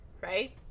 right